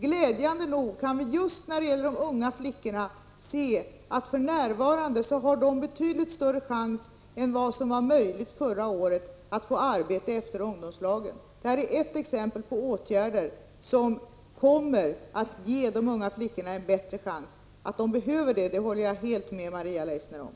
Glädjande nog kan vi se att de unga flickorna för närvarande har betydligt större chans än de hade förra året att få arbete efter ungdomslagen. Det är ett exempel på åtgärder som kommer att ge de unga flickorna bättre möjligheter. Jag håller helt med Maria Leissner om att de behöver det.